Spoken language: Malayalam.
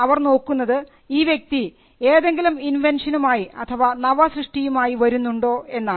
അവർ നോക്കുന്നത് ഈ വ്യക്തി ഏതെങ്കിലും ഇൻവെൻഷനുമായി അഥവാ നവസൃഷ്ടിയുമായി വരുന്നുണ്ടോ എന്നാണ്